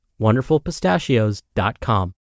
WonderfulPistachios.com